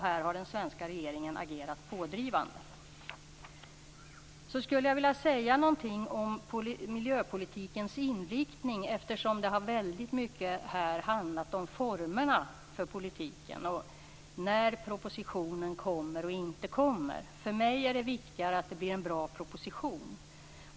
Här har den svenska regeringen agerat pådrivande. Så skulle jag vilja säga någonting om miljöpolitikens inriktning, eftersom det väldigt mycket har handlat om formerna för politiken, när propositionen kommer och inte kommer. För mig är det viktigare att det blir en bra proposition.